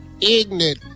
ignorant